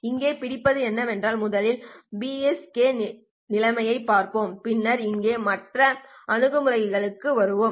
இங்கே பிடிப்பது என்னவென்றால் முதலில் BPSK நிலைமையைப் பார்ப்போம் பின்னர் இங்கே மற்ற அணுகுமுறைக்கு வருவோம்